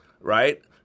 right